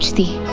the